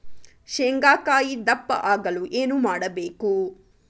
ಶೇಂಗಾಕಾಯಿ ದಪ್ಪ ಆಗಲು ಏನು ಮಾಡಬೇಕು?